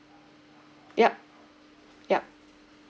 yup yup